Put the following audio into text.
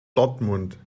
dortmund